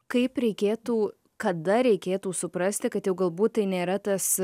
kaip reikėtų kada reikėtų suprasti kad jau galbūt tai nėra tas